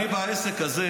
בסוף אני בעסק הזה,